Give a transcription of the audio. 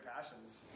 passions